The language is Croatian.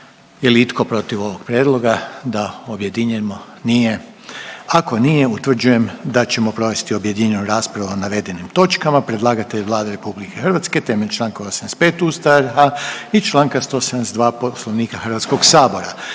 Je li itko protiv ovog prijedloga da objedinjujemo? Nije, ako nije utvrđujem da ćemo provesti objedinjenu raspravu o navedenim točkama. Predlagatelj je Vlada RH temeljem Članka 85. Ustava RH i Članka 172. Poslovnika Hrvatskog sabora.